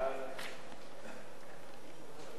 ההצעה